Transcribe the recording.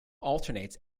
alternates